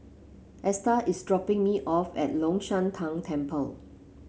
Esta is dropping me off at Long Shan Tang Temple